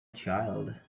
child